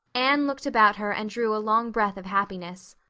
anne looked about her and drew a long breath of happiness.